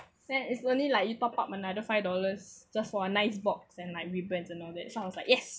since is only like you top up another five dollars just for a nice box and like ribbons and all that so I was like yes